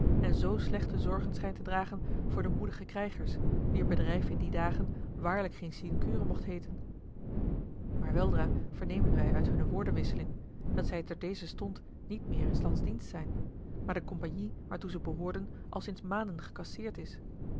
en zoo slechte zorgen schijnt te dragen voor de moedige krijgers wier bedrijf in die dagen waarlijk geene sinecure mocht heeten maar weldra vernemen wij uit hunne woordenwisseling dat zij ter dezer stond niet meer in s lands dienst zijn daar de compagnie waartoe ze behoorden al sinds maanden gecasseerd is